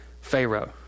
Pharaoh